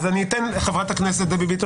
חברת הכנסת דבי ביטון